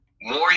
More